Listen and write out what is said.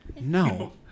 no